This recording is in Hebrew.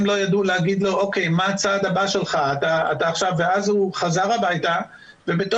הם לא ידעו להגיד לו מה הצעד הבא שלו ואז הוא חזר הביתה ובתוך